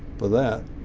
for that,